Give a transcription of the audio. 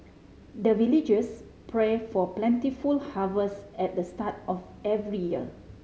the villagers pray for plentiful harvest at the start of every year